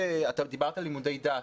דיברת על לימודי דת.